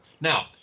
Now